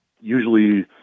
usually